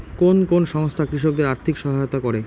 কোন কোন সংস্থা কৃষকদের আর্থিক সহায়তা করে?